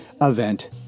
event